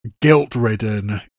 guilt-ridden